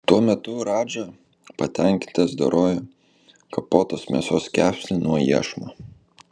tuo metu radža patenkintas dorojo kapotos mėsos kepsnį nuo iešmo